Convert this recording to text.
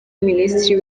minisitiri